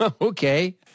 Okay